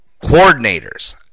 Coordinators